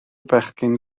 bechgyn